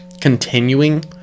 continuing